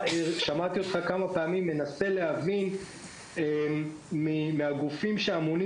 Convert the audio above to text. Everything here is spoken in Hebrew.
שמעתי אותך כמה פעמים מנסה להבין מהגופים שאמונים